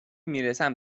میرسم